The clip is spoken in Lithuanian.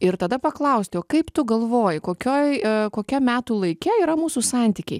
ir tada paklausti o kaip tu galvoji kokioj kokiam metų laike yra mūsų santykiai